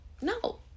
No